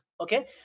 Okay